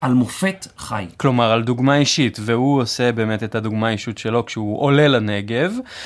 על מופת חי, כלומר על דוגמה אישית, והוא עושה באמת את הדוגמה האישית שלו כשהוא עולה לנגב.